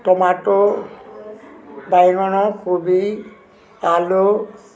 tomato ବାଇଗଣ କୋବି ଆଲୁ